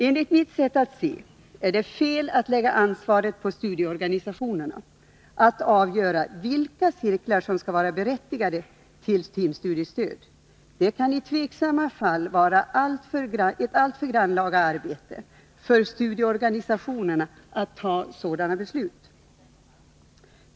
Enligt mitt sätt att se är det fel att lägga ansvaret på studieorganisationerna att avgöra vilka cirklar som skall vara berättigade till timstudiestöd. Det kan i tveksamma fall vara en alltför grannlaga uppgift för studieorganisationerna att fatta sådana beslut.